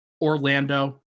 Orlando